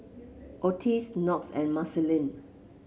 Otis Knox and Marceline